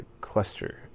cluster